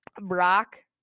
Brock